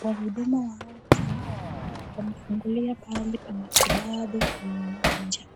Wahudumu wa afya wamefungulia pahali pa matibabu kwenye uwanja.